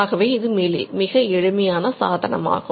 ஆகவே இது மிக எளிமையான சாதனமாகும்